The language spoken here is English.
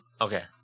okay